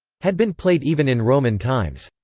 had been played even in roman times.